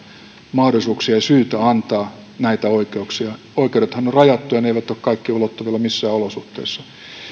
ja syitä antaa näitä oikeuksia oikeudethan ovat rajattuja ja ne eivät ole kaikkien ulottuvilla missään olosuhteissa